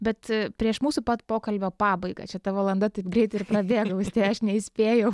bet prieš mūsų pat pokalbio pabaigą čia ta valanda taip greit ir prabėgo austėja aš neįspėjau